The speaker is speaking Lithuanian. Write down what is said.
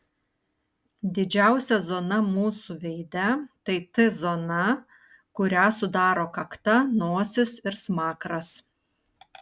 didžiausia zona mūsų veide tai t zona kurią sudaro kakta nosis ir smakras